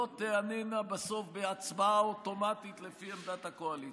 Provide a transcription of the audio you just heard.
לא תענינה בסוף בהצבעה אוטומטית לפי עמדת הקואליציה.